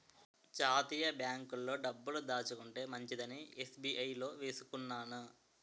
జాతీయ బాంకుల్లో డబ్బులు దాచుకుంటే మంచిదని ఎస్.బి.ఐ లో వేసుకున్నాను